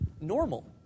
normal